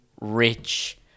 Rich